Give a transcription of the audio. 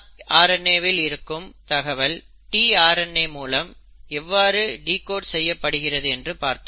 mRNAவில் இருக்கும் தகவல் tRNA மூலம் எவ்வாறு டிகோட் செய்யப்படும் என்று பார்த்தோம்